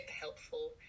helpful